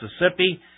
Mississippi